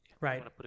Right